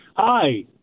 Hi